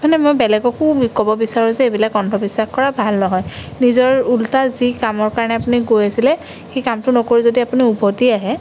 মানে মই বেলেগকো ক'ব বিচাৰোঁ যে এইবিলাক অন্ধবিশ্বাস কৰা ভাল নহয় নিজৰ ওল্টা যি কামৰ কাৰণে আপুনি গৈ আছিলে সেই কামটো নকৰি যদি আপুনি উভতি আহে